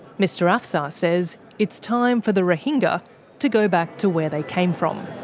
mr afsar says it's time for the rohingya to go back to where they came from.